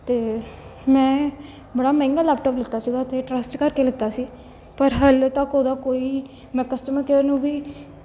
ਅਤੇ ਮੈਂ ਬੜਾ ਮਹਿੰਗਾ ਲੈਪਟਾਪ ਲਿੱਤਾ ਸੀਗਾ ਅਤੇ ਟਰੱਸਟ ਕਰਕੇ ਲਿੱਤਾ ਸੀ ਪਰ ਹਜੇ ਤੱਕ ਉਹਦਾ ਕੋਈ ਮੈਂ ਕਸਟਮਰ ਕੇਅਰ ਨੂੰ ਵੀ